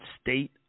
state